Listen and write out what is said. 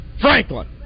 Franklin